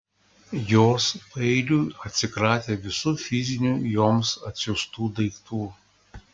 jos paeiliui atsikratė visų fizinių joms atsiųstų daiktų